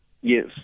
Yes